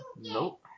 Nope